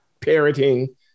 parroting